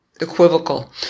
equivocal